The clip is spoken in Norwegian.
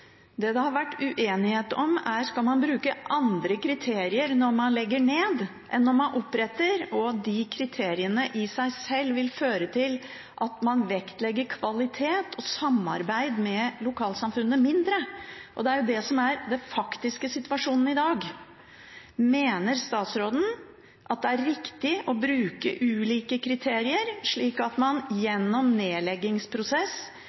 Det det har vært uenighet om, er: Skal man bruke andre kriterier når man legger ned enn når man oppretter, og når de kriteriene i seg selv vil føre til at man vektlegger kvalitet og samarbeid med lokalsamfunnene mindre? Det er det som er den faktiske situasjonen i dag. Mener statsråden at det er riktig å bruke ulike kriterier, slik at en nedleggingsprosess – der behovet varierer – vil føre til at man